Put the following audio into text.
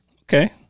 Okay